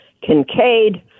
Kincaid